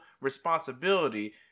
responsibility